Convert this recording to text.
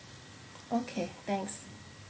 okay thanks